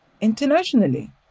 internationally